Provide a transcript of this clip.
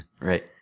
Right